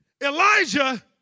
Elijah